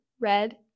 red